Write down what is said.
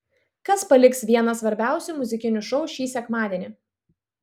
kas paliks vieną svarbiausių muzikinių šou šį sekmadienį